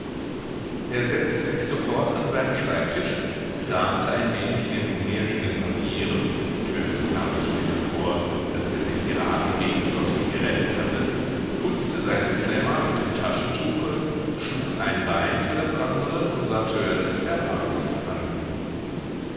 er setzte sich sofort an seinen schreibtisch kramte ein wenig in den umherliegenden papieren törleß kam es später vor daß er sich geradenwegs dorthin gerettet hatte putzte seinen klemmer mit dem taschentuche schlug ein bein über das andere und sah törleß erwartend an